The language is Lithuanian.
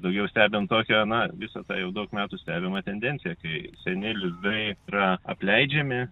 daugiau stebint tokią na visą tą jau daug metų stebimą tendenciją kai seni lizdai yra apleidžiami